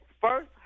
first